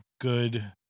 good